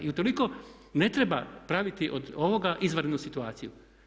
I utoliko ne treba praviti od ovoga izvanrednu situaciju.